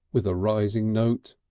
with a rising note.